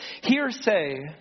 hearsay